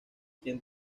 quien